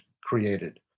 created